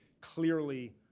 clearly